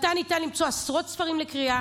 בתא ניתן למצוא עשרות ספרים לקריאה,